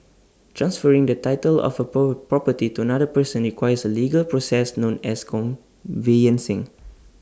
transferring the title of A pro property to another person requires A legal process known as conveyancing